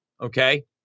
Okay